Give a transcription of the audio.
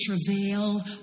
travail